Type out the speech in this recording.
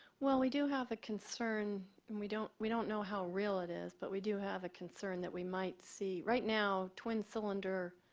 well, we do have a concern and we don't we don't know how real it is, but we do have a concern that we might see. right now, twin cylinder,